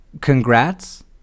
Congrats